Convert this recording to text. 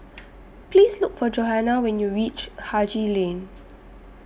Please Look For Johanna when YOU REACH Haji Lane